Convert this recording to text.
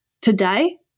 today